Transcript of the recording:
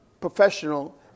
professional